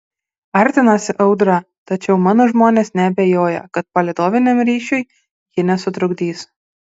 artinasi audra tačiau mano žmonės neabejoja kad palydoviniam ryšiui ji nesutrukdys